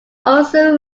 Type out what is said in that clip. also